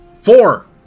Four